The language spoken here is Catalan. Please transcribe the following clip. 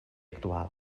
actual